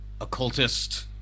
occultist